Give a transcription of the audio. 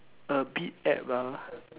a bit apt ah